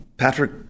Patrick